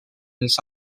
els